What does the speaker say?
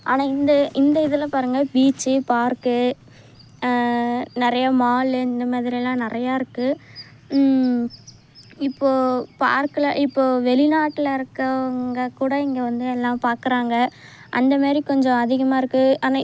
ஆனால் இந்த இந்த இதில் பாருங்க பீச்சு பார்க்கு நிறைய மாலு இந்தமாதிரிலாம் நிறையா இருக்குது இப்போது பார்க்கில் இப்போது வெளிநாட்டில் இருக்கறவுங்க கூட இங்கே வந்து எல்லாம் பார்க்குறாங்க அந்தமாரி கொஞ்சம் அதிகமாக இருக்குது